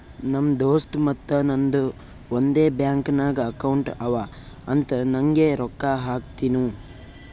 ನಮ್ ದೋಸ್ತ್ ಮತ್ತ ನಂದು ಒಂದೇ ಬ್ಯಾಂಕ್ ನಾಗ್ ಅಕೌಂಟ್ ಅವಾ ಅಂತ್ ನಂಗೆ ರೊಕ್ಕಾ ಹಾಕ್ತಿನೂ